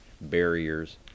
barriers